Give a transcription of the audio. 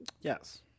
Yes